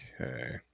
Okay